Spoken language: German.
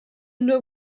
nur